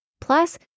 plus